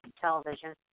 television